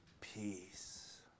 peace